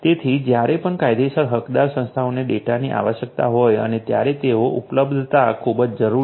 તેથી જ્યારે પણ કાયદેસર હકદાર સંસ્થાઓને ડેટાની આવશ્યકતા હોય ત્યારે તેની ઉપલબ્ધતા ખૂબ જ જરૂરી છે